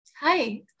Hi